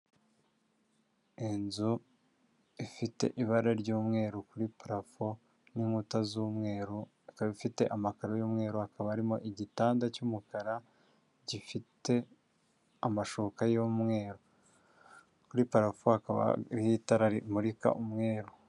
Inzu ifite ibara ry'umweru kuri parafo n'inkuta z'umweru, ikaba ifite amakaro y'umweru hakaba harimo igitanda cy'umukara gifite amashuka y'umweru, kuri parafo hakaba itara rimurika umweru.